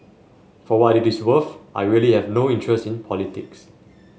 for what it is worth I really have no interest in politics